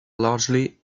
largely